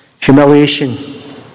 Humiliation